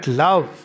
love